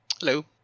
hello